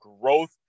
growth